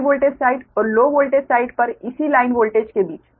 high voltage side और low voltage side पर इसी लाइन वोल्टेज के बीच